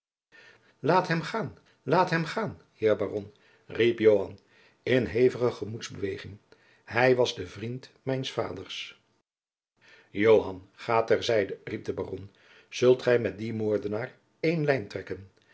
laat hem gaan laat hem gaan heer baron riep joan in hevige gemoedsbeweging hij was de vriend mijns vaders joan ga ter zijde riep de baron zult gij met dien moordenaar ééne lijn trekken